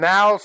Now